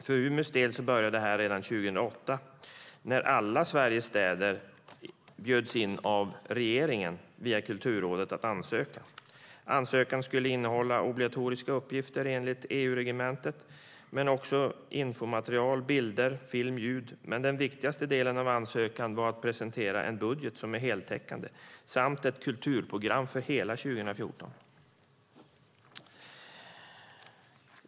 För Umeås del började den redan 2008 när alla Sveriges städer bjöds in av regeringen via Kulturrådet att ansöka. Ansökan skulle innehålla obligatoriska uppgifter enligt EU-reglementet men också infomaterial, bilder, film eller ljud. Den viktigaste delen av ansökan var dock att presentera en budget som är heltäckande samt ett kulturprogram för hela 2014.